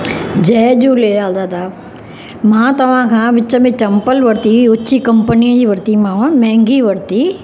जय झूलेलाल दादा मां तव्हांखां विच में चम्पलु वरती ऊची कंपनीअ जी वरतीमांव माहंगी वरती